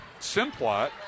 Simplot